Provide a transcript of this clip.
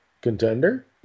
contender